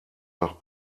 nach